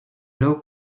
low